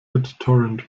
bittorrent